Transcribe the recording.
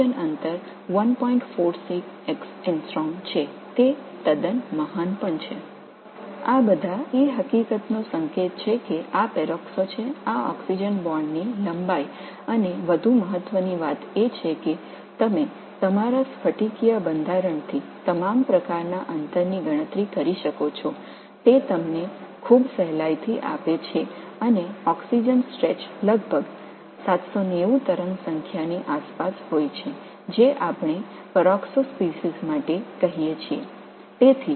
இவை அனைத்தும் பெராக்ஸோ என்பதைக் குறிக்கின்றன இந்த ஆக்ஸிஜன் பிணைப்பு நீளம் மற்றும் மிக முக்கியமாக உங்கள் படிக அமைப்பிலிருந்து அனைத்து வகையான தூரத்தையும் கணக்கிடலாம் இது உங்களுக்கு மிகவும் எளிதாக தருகிறது மற்றும் ஆக்ஸிஜன் நீட்சி 790 அலை எண்ணாக இருக்கும் ஒரு பெராக்சோ இனத்திற்கு நாம் சொல்வது இதுதான்